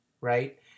right